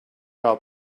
about